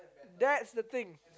that's the thing